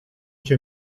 cię